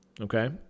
okay